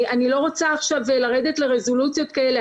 אני לא רוצה עכשיו לרדת לרזולוציות כאלה.